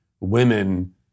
women